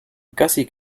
gussie